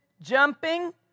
jumping